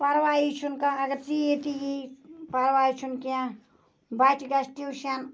پَروایی چھُنہٕ کانٛہہ اَگَر ژیٖر تہِ ییہِ پَرواے چھُنہٕ کینٛہہ بَچہ گَژھِ ٹیوشَن